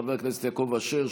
חבר הכנסת יעקב אשר,